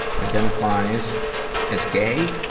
identifies as gay,